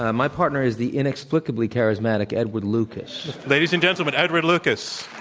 ah my partner is the inexplicably charismatic edward lucas. ladies and gentlemen, edward lucas.